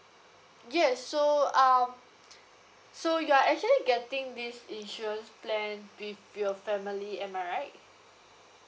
yes so um so you are actually getting this insurance plan with your family am I right